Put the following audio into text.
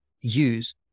use